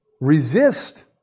resist